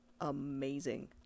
amazing